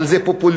אבל זה פופוליסטי.